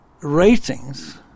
Ratings